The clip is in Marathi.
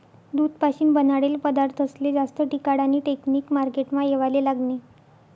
दूध पाशीन बनाडेल पदारथस्ले जास्त टिकाडानी टेकनिक मार्केटमा येवाले लागनी